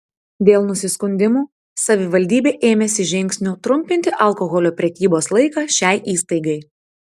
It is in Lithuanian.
dėl nusiskundimų savivaldybė ėmėsi žingsnių trumpinti alkoholio prekybos laiką šiai įstaigai